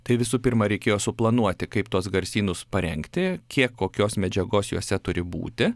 tai visų pirma reikėjo suplanuoti kaip tuos garsynus parengti kiek kokios medžiagos juose turi būti